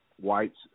whites